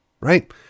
right